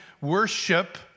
worship